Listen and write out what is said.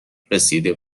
رسیده